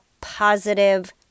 positive